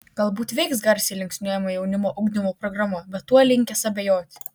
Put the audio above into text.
galbūt veiks garsiai linksniuojama jaunimo ugdymo programa bet tuo linkęs abejoti